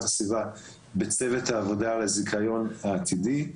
הסביבה בצוות העבודה על הזיכיון העתידי.